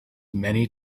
many